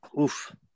oof